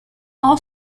all